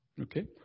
Okay